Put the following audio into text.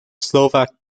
slovak